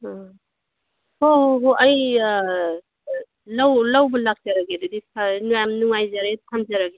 ꯑꯥ ꯍꯣꯏ ꯍꯣꯏ ꯍꯣꯏ ꯑꯩ ꯂꯧꯕ ꯂꯥꯛꯆꯔꯒꯦ ꯑꯗꯨꯗꯤ ꯐꯔꯦ ꯌꯥꯝ ꯅꯨꯡꯉꯥꯏꯖꯔꯦ ꯊꯝꯖꯔꯒꯦ